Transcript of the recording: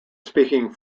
speaking